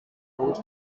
old